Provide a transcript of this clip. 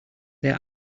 their